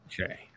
Okay